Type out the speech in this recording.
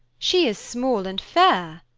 she is small and fair,